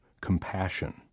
compassion